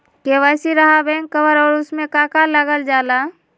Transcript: KYC रहा back cover और उसमें का का लागल जाला?